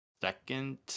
second